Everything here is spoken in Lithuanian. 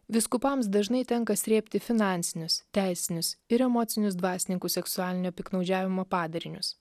vyskupams dažnai tenka srėbti finansinius teisinius ir emocinius dvasininkų seksualinio piktnaudžiavimo padarinius